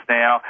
now